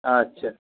আচ্ছা